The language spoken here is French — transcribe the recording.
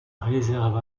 réserve